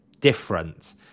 different